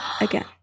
again